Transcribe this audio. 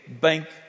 bank